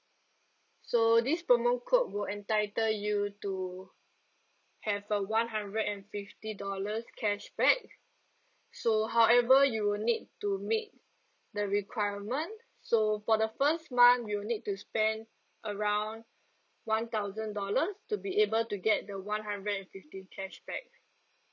so this promo code will entitle you to have a one hundred and fifty dollars cashback so however you will need to make the requirement so for the first month you'll need to spend around one thousand dollars to be able to get the one hundred and fifty in cashback